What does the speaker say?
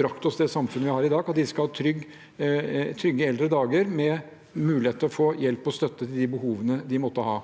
brakt oss til det samfunnet vi har i dag, skal ha trygge eldre dager med mulighet til å få hjelp og støtte til de behovene de måtte ha.